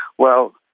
well,